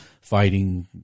Fighting